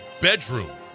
bedroom